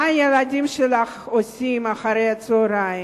מה הילדים שלך עושים אחר-הצהריים?